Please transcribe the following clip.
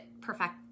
perfect